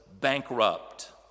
bankrupt